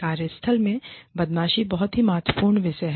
कार्यस्थल में बदमाशी बहुत ही महत्वपूर्ण विषय है